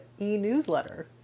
e-newsletter